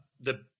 the-